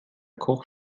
koch